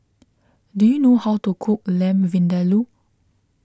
do you know how to cook Lamb Vindaloo